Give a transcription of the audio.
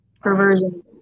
Perversion